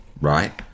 right